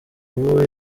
ubu